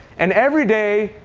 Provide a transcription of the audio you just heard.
and every day,